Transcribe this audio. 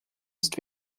ist